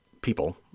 people